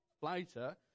later